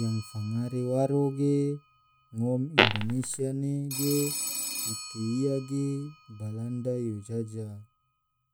Yang fangare waro ge yuke ia ge balanda yo jajah,